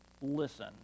listen